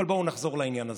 אבל בואו נחזור לעניין הזה.